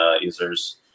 users